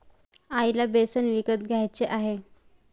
आईला बेसन विकत घ्यायचे आहे